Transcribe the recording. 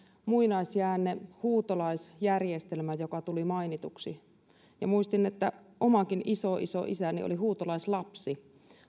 muinaisjäänne huutolaisjärjestelmä joka tuli mainituksi ja muistin että omakin isoisoisäni oli huutolaislapsi